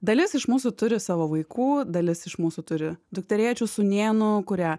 dalis iš mūsų turi savo vaikų dalis iš mūsų turi dukterėčių sūnėnų kurie